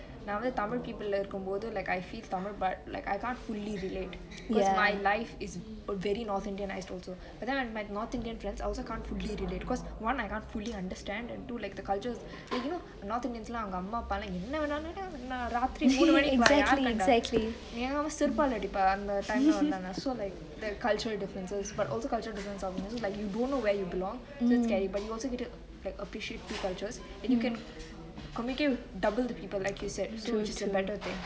நா வந்து:naa vanthu tamil people ல இருக்கும்போது:le irukumpothu like I feel tamil but I can't fully relate cause my life is a very north indianized also but then with my north indian friends I also can't fully relate because one I can't fully understand and two like the culture you know north indians லா அவங்க அம்மா அப்பா என்ன வேனாலு ராத்திரி மூனு மைக்கு வா யாரு கண்டா எங்க அம்மா செருப்பாலெ அடிப்பா அந்த:la avangge amma appa enne venaalu raathiri moonu maiku vaa yaaru kandaa engge amma serupale adippa anthe time ல வந்தா:le vantha so like cultural differences but also culture difference on me like you don't know where you belong so it's scary but you also need to like appreciate two cultures and you can communicate with like double the people like you said so it's a better thing